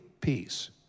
peace